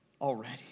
already